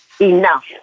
enough